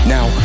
Now